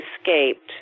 escaped